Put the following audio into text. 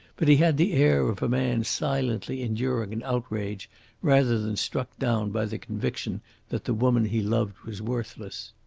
but he had the air of a man silently enduring an outrage rather than struck down by the conviction that the woman he loved was worthless.